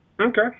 okay